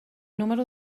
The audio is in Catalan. número